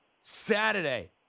Saturday